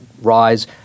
rise